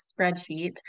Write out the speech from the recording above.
spreadsheet